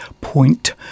Point